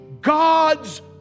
God's